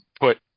put